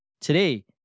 Today